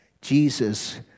Jesus